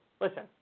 listen